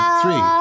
three